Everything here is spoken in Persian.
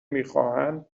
میخواهند